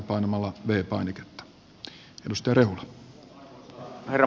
arvoisa herra puhemies